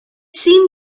seemed